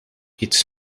iets